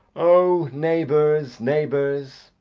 oh, neighbours, neighbours.